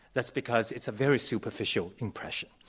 that's because it's a very superficial impression.